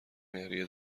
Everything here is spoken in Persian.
مهریه